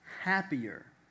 happier